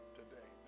today